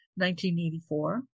1984